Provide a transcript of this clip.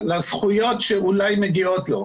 לזכויות שאולי מגיעות לו.